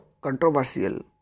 controversial